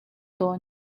tawn